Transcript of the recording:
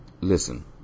listen